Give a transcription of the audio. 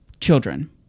children